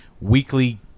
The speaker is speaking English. weekly